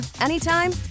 anytime